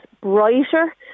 brighter